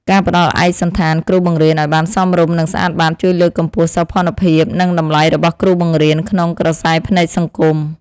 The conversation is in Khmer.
ការផ្តល់ឯកសណ្ឋានគ្រូបង្រៀនឱ្យបានសមរម្យនិងស្អាតបាតជួយលើកកម្ពស់សោភ័ណភាពនិងតម្លៃរបស់គ្រូបង្រៀនក្នុងក្រសែភ្នែកសង្គម។